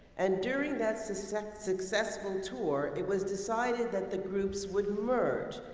and during that successful successful tour, it was decided that the groups would merge,